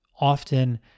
Often